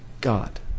God